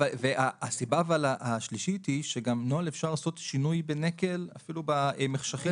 הסיבה השלישית היא שגם בנוהל אפשר לעשות שינוי בנקל ואפילו במחשכים.